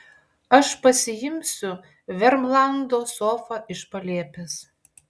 aš pasiimsiu vermlando sofą iš palėpės